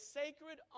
sacred